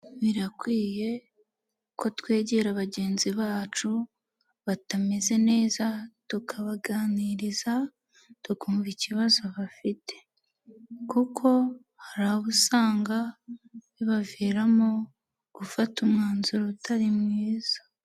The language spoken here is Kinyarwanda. Birakwiye, ko twegera bagenzi bacu, batameze neza, tukabaganiriza, tukumva ikibazo bafite, kuko hari abo usanga, bibaviramo, gufata umwanzuro utari mwiza.